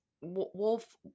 Wolf